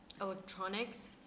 electronics